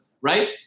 right